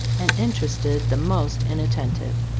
and interested the most inattentive.